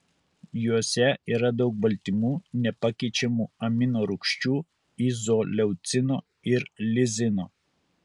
juose yra daug baltymų nepakeičiamų aminorūgščių izoleucino ir lizino